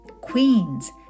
queens